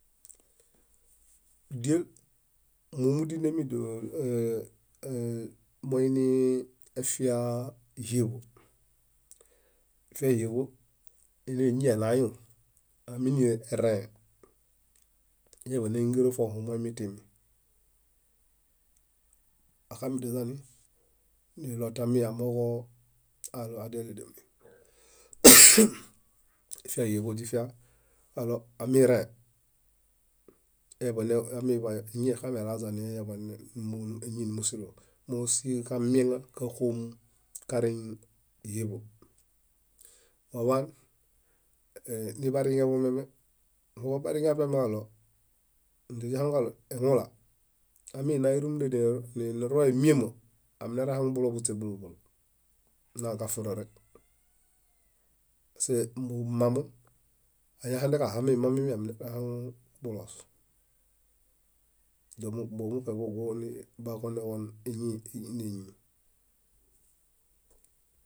. Díel mómudinemi díel moini efia híeḃo, efia éhieḃo iini éñi eɭãyus, amirẽe éñaḃaneyingira fohumo moimitimi. Axamidiaźani nilotami amooġo adialidial min. Efia éɦieḃo éźifiakalo amirãe, éñiexamela źani meñaḃa nímusilo mosikamieŋa káxom kareŋ híeḃo. Moḃaan nibariŋeḃo mieme muḃabariŋe afiamilo, inze źihaŋukalo engula, aminaerumunda niroe míama, amineerehaŋu bulobuśe búlubulu naakafirorek pasemamo añaɦanden kaɦa mimamimi amunierehaŋu buloos domuṗe mugũni baġonoġon éñii.